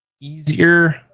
easier